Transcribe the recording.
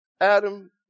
Adam